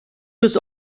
was